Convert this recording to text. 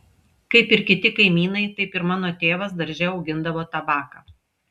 kaip ir kiti kaimynai taip ir mano tėvas darže augindavo tabaką